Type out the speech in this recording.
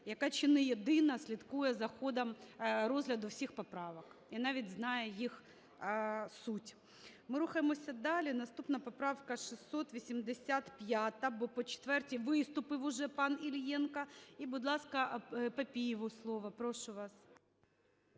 яка чи не єдина слідкує за ходом розгляду всіх поправок і навіть знає їх суть. Ми рухаємося далі. Наступна – поправка 685. Бо по четвертій виступив уже пан Іллєнко. І, будь ласка, Папієву слово. Прошу вас.